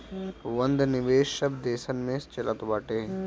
बंध निवेश सब देसन में चलत बाटे